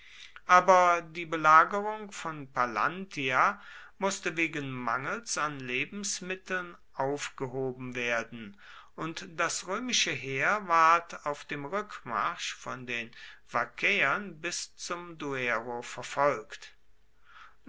aber die belagerung von pallantia mußte wegen mangels an lebensmitteln aufgehoben werden und das römische heer ward auf dem rückmarsch von den vaccäern bis zum duero verfolgt